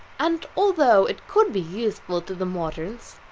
and although it could be useful to the moderns,